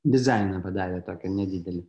dizainą padarė tokį nedidelį